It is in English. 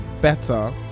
better